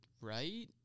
right